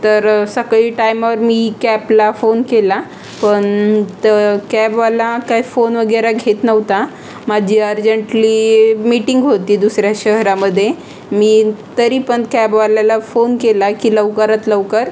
तर सकाळी टायमावर मी कॅपला फोन केला पण तर कॅबवाला काय फोन वगैरे घेत नव्हता माझी अर्जंटली मिटिंग होती दुसऱ्या शहरामध्ये मी तरी पण कॅबवाल्याला फोन केला की लवकरात लवकर